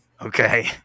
okay